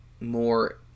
more